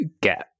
get